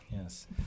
Yes